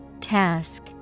Task